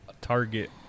target